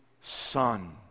son